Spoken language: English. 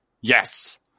Yes